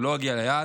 הוא לא הגיע ליעד.